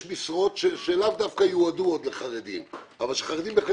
יש משרות שלאו דווקא יועדו לחרדים אבל שחרדים בהחלט